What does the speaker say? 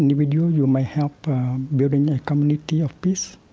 individual, you might help building a community of peace.